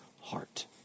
heart